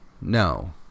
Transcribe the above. No